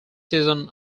season